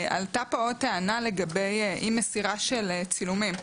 עלתה פה עוד טענה לגבי אי-מסירה של צילומים.